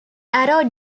arrow